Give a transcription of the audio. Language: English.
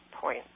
point